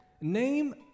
Name